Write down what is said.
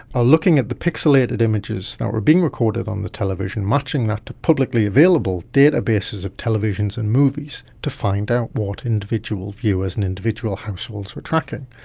ah looking at the pixelated images that were being recorded on the television, matching that to publicly available databases of televisions and movies to find out what individual viewers and individual households were tracking.